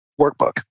workbook